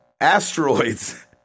Asteroids